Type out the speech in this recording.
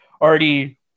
already